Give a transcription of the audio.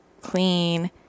clean